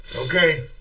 Okay